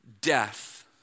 death